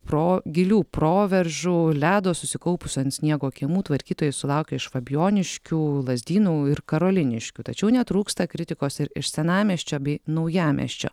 pro gilių proveržų ledo susikaupusių ant sniego kiemų tvarkytojai sulaukė iš fabijoniškių lazdynų ir karoliniškių tačiau netrūksta kritikos ir iš senamiesčio bei naujamiesčio